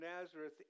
Nazareth